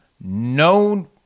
no